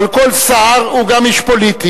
אבל כל שר הוא גם איש פוליטי,